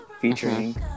featuring